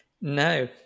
No